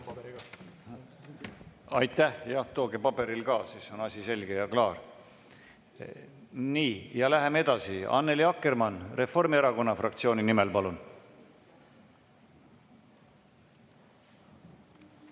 Aitäh! Jah, tooge paberil ka, siis on asi selge ja klaar. Nii. Läheme edasi. Annely Akkermann Reformierakonna fraktsiooni nimel, palun!